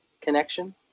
connection